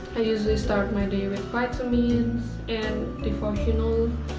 i usually start my day with vitamins and devotionals.